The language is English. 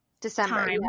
December